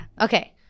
Okay